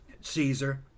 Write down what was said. Caesar